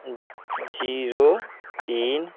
zero तीन